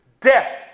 death